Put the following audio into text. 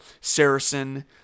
Saracen